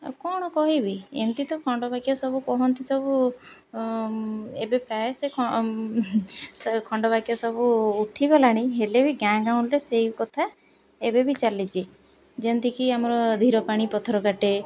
ଆଉ କ'ଣ କହିବି ଏମିତି ତ ଖଣ୍ଡବାକ୍ୟ ସବୁ କହନ୍ତି ସବୁ ଏବେ ପ୍ରାୟ ସେ ସେ ଖଣ୍ଡବାକ୍ୟ ସବୁ ଉଠିଗଲାଣି ହେଲେ ବି ଗାଁ ଗାଁଉଲିରେ ସେଇ କଥା ଏବେ ବି ଚାଲିଛି ଯେମିତିକି ଆମର ଧୀର ପାଣି ପଥର କାଟେ